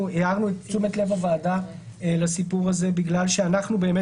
אנחנו הערנו את תשומת לב הוועדה לסיפור הזה בגלל שאנחנו באמת